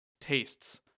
tastes